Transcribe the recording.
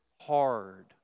hard